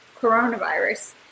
coronavirus